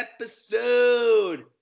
episode